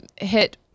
hit